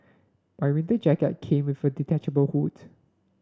my winter jacket came with a detachable hood